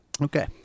Okay